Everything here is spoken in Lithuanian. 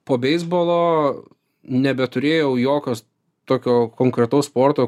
po beisbolo nebeturėjau jokios tokio konkretaus sporto